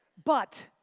but,